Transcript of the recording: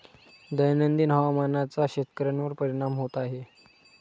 दैनंदिन हवामानाचा शेतकऱ्यांवर परिणाम होत आहे